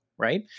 Right